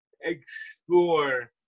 explore